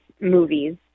movies